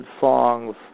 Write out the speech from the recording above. songs